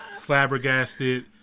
flabbergasted